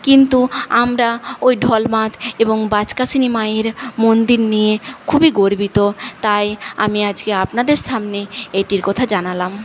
কিন্তু আমরা ওই ঢলবাঁধ এবং বাচকাষিনী মায়ের মন্দির নিয়ে খুবই গর্বিত তাই আমি আজকে আপনাদের সামনে এটির কথা জানালাম